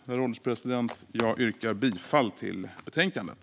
Herr ålderspresident! Jag yrkar bifall till utskottets förslag i betänkandet.